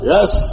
Yes